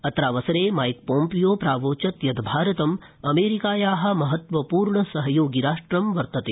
अत्रावसरे माईकपोम्पियो प्रावोचत् यत् भारतम् अमेरिकाया महत्त्वपूर्णसहयोगि राष्ट्रं वर्तते